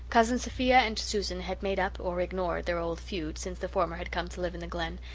cousin sophia and susan had made up, or ignored, their old feud since the former had come to live in the glen,